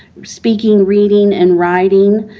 speaking, reading, and writing,